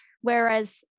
Whereas